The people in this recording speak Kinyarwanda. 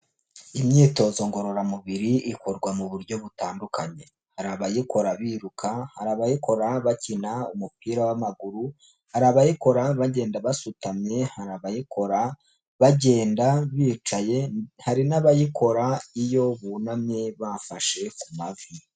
Imyitozo ngororamubiri ikorwa mu buryo butandukanye, hari abayikora biruka, hari abayikora bakina umupira w'amaguru, hari abayikora bagenda basutamye, hari abayikora bagenda bicaye, hari n'abayikora iyo bunamye bafashe ku mavi.